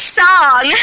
song